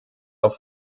auf